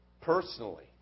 personally